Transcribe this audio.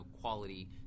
quality